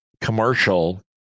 commercial